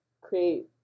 create